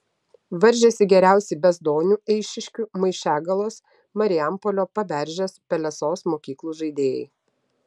varžėsi geriausi bezdonių eišiškių maišiagalos marijampolio paberžės pelesos mokyklų žaidėjai